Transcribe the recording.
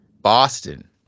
Boston